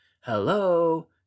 Hello